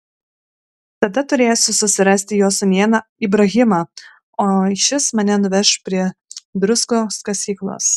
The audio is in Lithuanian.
tada turėsiu susirasti jo sūnėną ibrahimą o šis mane nuveš prie druskos kasyklos